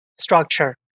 structure